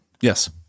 Yes